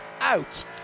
out